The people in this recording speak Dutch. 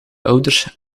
ouders